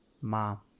Mom